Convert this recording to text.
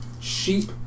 sheep